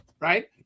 right